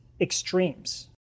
extremes